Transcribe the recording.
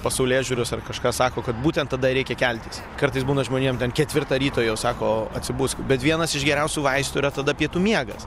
pasaulėžiūros ar kažką sako kad būtent tada reikia keltis kartais būna žmonėm ten ketvirtą ryto jau sako atsibusk bet vienas iš geriausių vaistų yra tada pietų miegas